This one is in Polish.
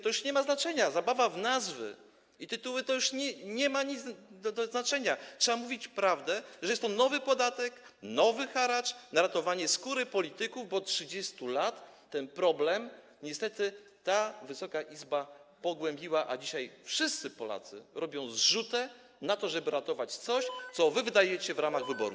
To już nie ma znaczenia, zabawa w nazwy i tytuły nie ma już znaczenia, trzeba mówić prawdę, że jest to nowy podatek, nowy haracz na ratowanie skóry polityków, bo przez 30 lat ten problem niestety Wysoka Izba pogłębiła, a dzisiaj wszyscy Polacy robią zrzutę na to, żeby ratować coś, co wydajecie w ramach wyborów.